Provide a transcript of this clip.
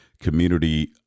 community